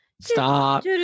stop